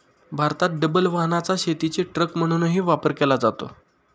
भारतात डबल वाहनाचा शेतीचे ट्रक म्हणूनही वापर केला जातो